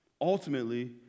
Ultimately